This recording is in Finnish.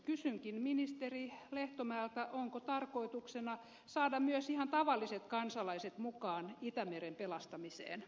kysynkin ministeri lehtomäeltä onko tarkoituksena saada myös ihan tavalliset kansalaiset mukaan itämeren pelastamiseen